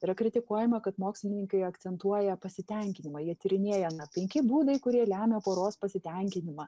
yra kritikuojama kad mokslininkai akcentuoja pasitenkinimą jie tyrinėja penki būdai kurie lemia poros pasitenkinimą